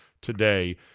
today